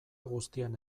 guztian